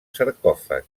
sarcòfags